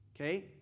Okay